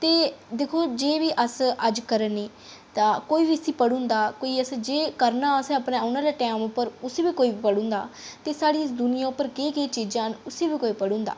ते दिक्खो जे बी अस अज्ज करै ने तां कोई बी इसी पढ़ी ओड़दा कोई असें जे करना असें औने आह्ले टैम उप्पर उसी बी कोई पढ़ी ओड़दा साढ़ी इस दुनिया उप्पर केह् केह् चीजां न उसी बी कोई पढ़ी ओड़दा